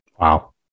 Wow